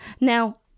now